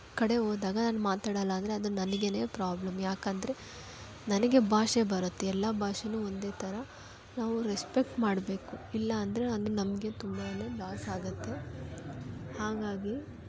ಕಡೆ ಹೋದಾಗ ನಾನು ಮಾತಾಡಲ್ಲ ಆದರೆ ಅದು ನನಗೇ ಪ್ರಾಬ್ಲಮ್ ಯಾಕಂದರೆ ನನಗೆ ಭಾಷೆ ಬರುತ್ತೆ ಎಲ್ಲ ಭಾಷೇ ಒಂದೇ ಥರ ನಾವು ರೆಸ್ಪೆಕ್ಟ್ ಮಾಡಬೇಕು ಇಲ್ಲಾಂದರೆ ಅದು ನಮಗೆ ತುಂಬಾ ಲಾಸ್ ಆಗುತ್ತೆ ಹಾಗಾಗಿ